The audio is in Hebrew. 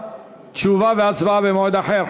תשובה והצבעה במועד אחר,